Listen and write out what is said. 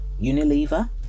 Unilever